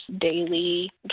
daily